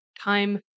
time